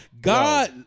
God